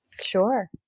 Sure